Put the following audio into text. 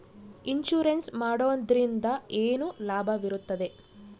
Insurance ಮಾಡೋದ್ರಿಂದ ಏನು ಲಾಭವಿರುತ್ತದೆ?